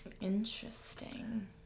Interesting